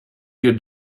wir